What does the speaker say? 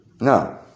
No